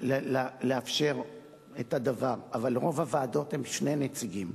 לאפשר את הדבר, אבל ברוב הוועדות יש שני נציגים.